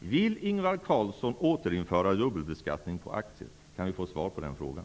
Vill Ingvar Carlsson återinföra dubbelbeskattning på aktier? Kan vi få ett svar på den frågan.